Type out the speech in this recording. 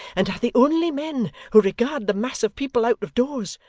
and are the only men who regard the mass of people out of doors,